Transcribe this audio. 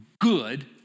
good